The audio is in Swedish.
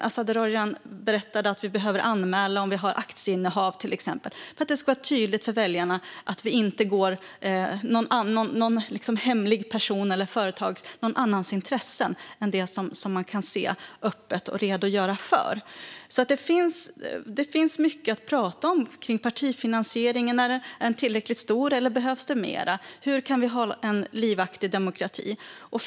Azadeh Rojhan berättade att vi behöver anmäla om vi till exempel har aktieinnehav för att det ska vara tydligt för väljarna att vi inte företräder någon hemlig person eller något hemligt företags intressen andra än dem man kan se öppet och redogöra för. Det finns alltså mycket att prata om kring partifinansiering. Är den tillräckligt stor eller behövs det mera? Hur kan vi hålla demokratin livaktig?